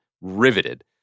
riveted